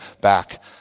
back